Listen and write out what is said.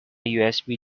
usb